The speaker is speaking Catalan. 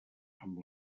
amb